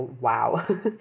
wow